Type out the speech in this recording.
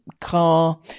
car